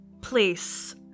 place